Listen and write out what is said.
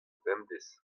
bemdez